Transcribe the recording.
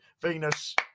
Venus